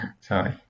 Sorry